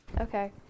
Okay